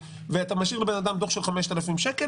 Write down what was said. ואתה משאיר לבן אדם דוח של 5,000 שקל,